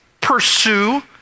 Pursue